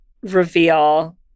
reveal